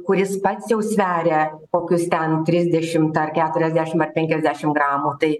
kuris pats jau sveria kokius ten trisdešimt ar keturiasdešimt ar penkiasdešimt gramų tai